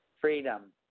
Freedom